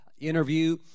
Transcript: interview